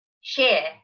share